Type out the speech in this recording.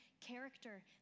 character